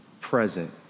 present